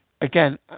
again